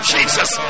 Jesus